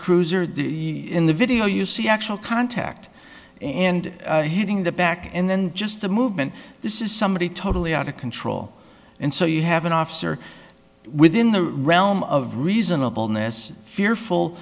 cruiser the in the video you see actual contact and hitting the back and then just the movement this is somebody totally out of control and so you have an officer within the realm of reasonableness fearful